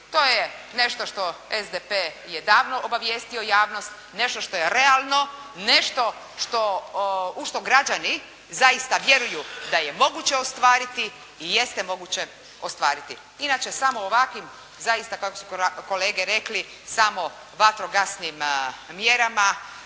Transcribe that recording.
to je nešto što SDP je davno obavijestio javnost, nešto što je realno, nešto u što građani zaista vjeruju da je moguće ostvariti i jeste moguće ostvariti. Inače samo ovakvim zaista kako su kolege rekli samo vatrogasnim mjerama